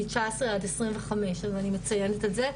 מ-19 עד 25 ואני מציינת את זה,